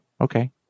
okay